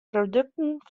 produkten